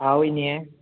ꯍꯥꯎ ꯏꯅꯦ